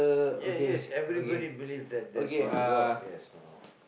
yes yes everybody believe that there's one god yes (uh huh)